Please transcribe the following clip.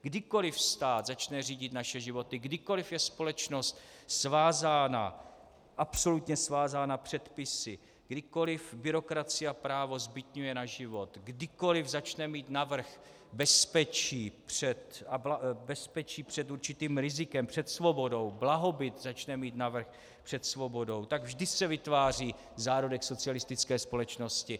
Kdykoliv stát začne řídit naše životy, kdykoliv je společnost svázána, absolutně svázána předpisy, kdykoliv byrokracie a právo zbytňuje náš život, kdykoliv začne mít navrch bezpečí před určitým rizikem, před svobodou, blahobyt začne mít navrch před svobodou, tak vždy se vytváří zárodek socialistické společnosti.